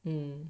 mm